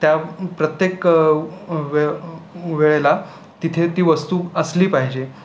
त्या प्रत्येक व वेळेला तिथे ती वस्तू असली पाहिजे